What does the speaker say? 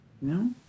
no